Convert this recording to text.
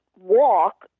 walk